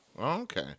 Okay